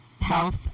health